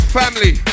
family